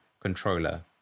controller